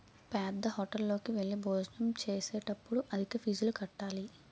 పేద్దహోటల్లోకి వెళ్లి భోజనం చేసేటప్పుడు అధిక ఫీజులు కట్టాలి